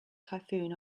typhoon